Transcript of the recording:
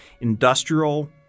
industrial